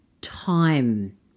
time